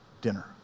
dinner